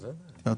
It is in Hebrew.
הבנתי.